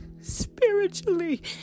spiritually